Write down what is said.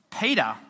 Peter